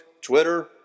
Twitter